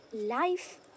life